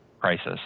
crisis